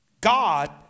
God